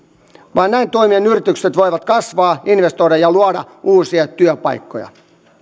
vain näin toimien yritykset voivat kasvaa investoida ja luoda uusia työpaikkoja